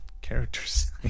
characters